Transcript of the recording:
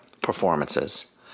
performances